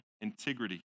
integrity